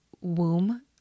womb